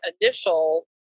initial